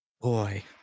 Boy